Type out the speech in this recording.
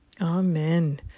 Amen